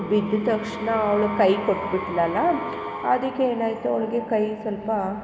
ಬಿದ್ದ ತಕ್ಷಣ ಅವ್ಳು ಕೈ ಕೊಟ್ಟು ಬಿಟ್ಲಲ್ಲ ಅದಕ್ಕೆ ಏನಾಯಿತು ಅವಳಿಗೆ ಕೈ ಸ್ವಲ್ಪ